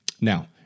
Now